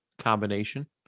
combination